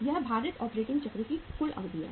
यह भारित ऑपरेटिंग चक्र की कुल अवधि है